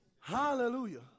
Hallelujah